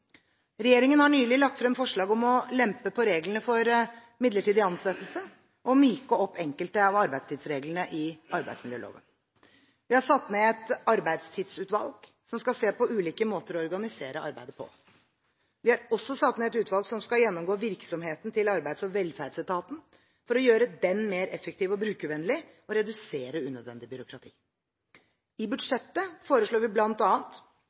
Regjeringen har nylig lagt frem forslag om å lempe på reglene for midlertidig ansettelse og å myke opp enkelte av arbeidstidsreglene i arbeidsmiljøloven. Vi har satt ned et arbeidstidsutvalg som skal se på ulike måter å organisere arbeidet på. Vi har også satt ned et utvalg som skal gjennomgå virksomheten til Arbeids- og velferdsetaten for å gjøre den mer effektiv og brukervennlig og redusere unødvendig byråkrati. I budsjettet foreslår vi